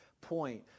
point